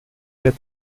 der